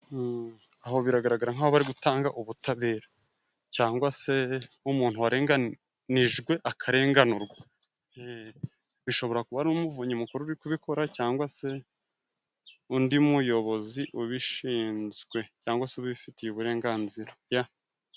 Aho biragaragara nk'aho bari gutanga ubutabera cyangwa se nk'umuntu warenganijwe akarenganurwa, bishobora kuba n'Umuvunyi Mukuru uri kubikora cyangwa se undi muyobozi ubishinzwe cyangwa se ubifitiye uburenganzira ya.